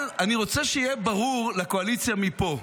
אני רוצה שיהיה ברור לקואליציה מפה: